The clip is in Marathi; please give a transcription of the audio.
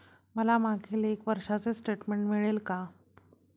मला मागील एक वर्षाचे स्टेटमेंट मिळेल का?